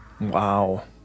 wow